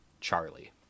Charlie